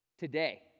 Today